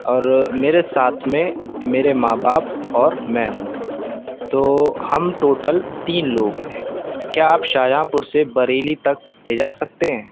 اور میرے ساتھ میں میرے ماں باپ اور میں ہوں تو ہم ٹوٹل تین لوگ ہیں کیا آپ شاہجہاں پور سے بریلی تک لے جا سکتے ہیں